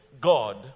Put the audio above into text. God